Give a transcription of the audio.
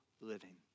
living